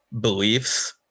beliefs